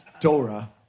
Dora